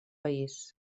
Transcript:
país